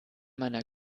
meiner